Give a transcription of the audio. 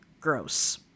Gross